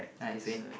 I see